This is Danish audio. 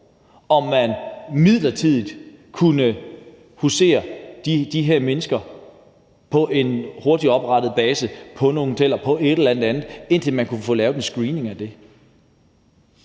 om man midlertidigt kunne huse de her mennesker på en hurtigt oprettet base, på nogle hoteller eller på et eller andet andet, indtil man kunne få lavet en screening.